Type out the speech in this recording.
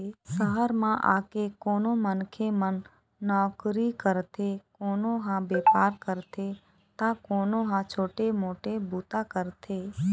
सहर म आके कोनो मनखे मन नउकरी करथे, कोनो ह बेपार करथे त कोनो ह छोटे मोटे बूता करथे